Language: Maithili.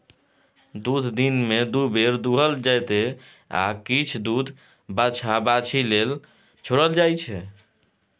दुध दिनमे दु बेर दुहल जेतै आ किछ दुध बछ्छा बाछी लेल छोरल जाइ छै